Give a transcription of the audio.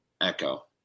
Echo